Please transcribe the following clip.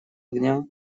огня